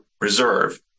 Reserve